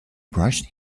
brushed